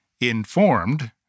informed